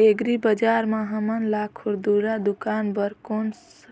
agri बजार म हमन ला खुरदुरा दुकान बर कौन